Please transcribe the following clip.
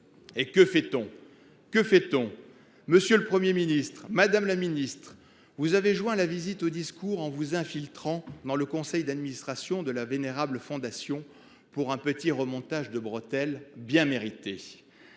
Et que fait on ? Monsieur le Premier ministre, madame la ministre, vous avez joint les actes au discours en vous infiltrant dans le conseil d’administration de la vénérable fondation, pour un petit remontage de bretelles bien mérité